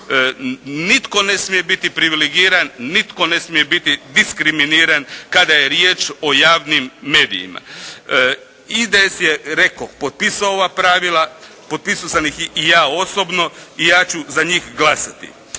Nitko ne smije biti privilegiran, nitko ne smije biti diskriminiran kada je riječ o javnim medijima. IDS je rekoh, potpisao ova pravila. Potpisao sam ih i ja osobno. I ja ću za njih glasati.